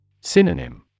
Synonym